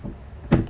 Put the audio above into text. um